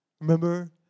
remember